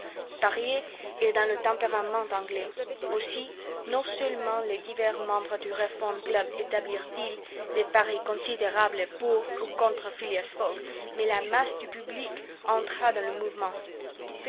parier est dans le tempérament anglais aussi non seulement les divers membres du reform club établirent ils des paris considérables pour ou contre phileas fogg mais la masse du public entra dans le mouvement